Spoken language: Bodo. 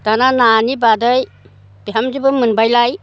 दाना नानि बादै बिहामजोबो मोनबायलाय